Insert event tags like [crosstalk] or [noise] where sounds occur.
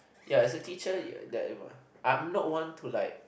ya as a teacher [noise] I am not one to like